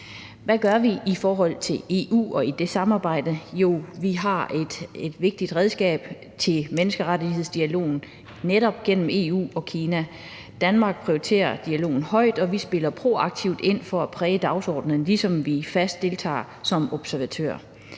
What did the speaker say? Hvad gør vi i forhold til EU og samarbejdet her? Vi har et vigtigt redskab til menneskerettighedsdialogen med Kina netop gennem EU. Danmark prioriterer dialogen højt, og vi spiller proaktivt ind for at præge dagsordenen, ligesom vi fast deltager som observatør.